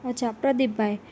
અચ્છા પ્રદીપભાઈ